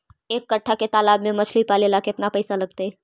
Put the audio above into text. एक कट्ठा के तालाब में मछली पाले ल केतना पैसा लगतै?